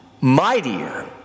mightier